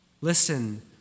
Listen